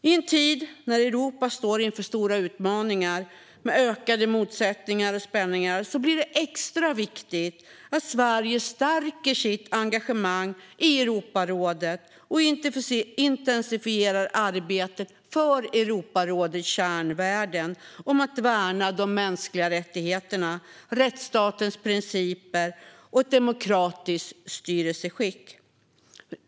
I en tid när Europa står inför flera stora utmaningar med ökade motsättningar och spänningar blir det extra viktigt att Sverige stärker sitt engagemang i Europarådet och intensifierar arbetet för Europarådets kärnvärden: att värna de mänskliga rättigheterna, rättsstatens principer och ett demokratiskt styrelseskick.